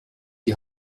die